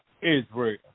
Israel